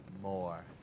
more